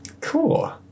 cool